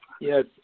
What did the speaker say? Yes